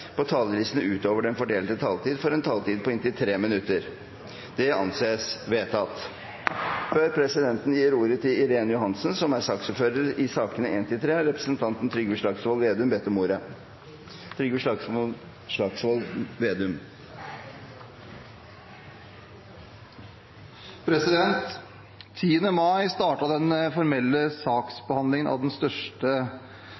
på talerlisten utover den fordelte taletid, får en taletid på inntil 3 minutter. – Det anses vedtatt. Før presidenten gir ordet til Irene Johansen, som er saksordfører i sakene nr. 1–3, har representanten Trygve Slagsvold Vedum bedt om ordet. Den 10. mai startet den formelle